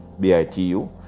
BITU